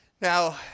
Now